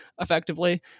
effectively